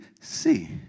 see